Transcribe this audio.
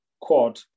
quad